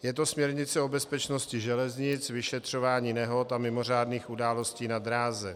Je to směrnice o bezpečnosti železnic, vyšetřování nehod a mimořádných událostí na dráze.